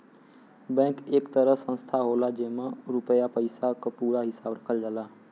bank एक तरह संस्था होला जेमन रुपया पइसा क पूरा हिसाब रखल जाला